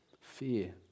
Fear